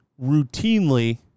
routinely